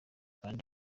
kandi